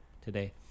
today